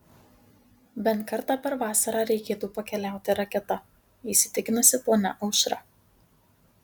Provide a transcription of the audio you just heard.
bent kartą per vasarą reikėtų pakeliauti raketa įsitikinusi ponia aušra